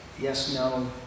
yes-no